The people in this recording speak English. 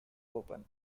open